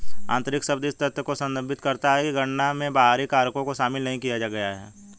आंतरिक शब्द इस तथ्य को संदर्भित करता है कि गणना में बाहरी कारकों को शामिल नहीं किया गया है